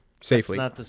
safely